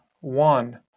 one